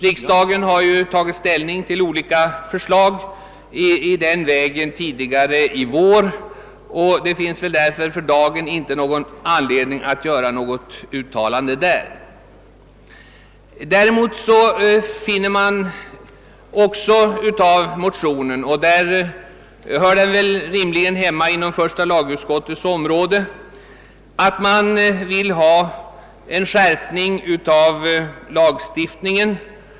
Riksdagen har ju tagit ställning till olika förslag i den vägen tidigare i vår, och för dagen finns det därför ingen anledning att göra något uttalande på den punkten. Motionärerna har emellertid också tagit upp en annan fråga, som däremot hör hemma inom första lagutskottets område, nämligen en skärpning av lagstiftningen.